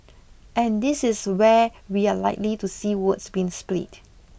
and this is where we are likely to see votes being split